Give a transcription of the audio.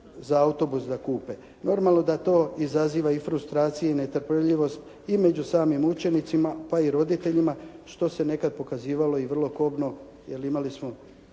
za autobus da kupe. Normalno da to izaziva i frustracije i netrpeljivost i među samim učenicima pa i roditeljima što se nekad pokazivalo i vrlo kobno jer imali smo